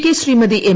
K Shrimati M